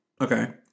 Okay